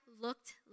looked